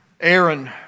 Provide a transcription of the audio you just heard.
Aaron